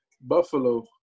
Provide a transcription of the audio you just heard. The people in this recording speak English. Buffalo